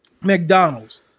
McDonald's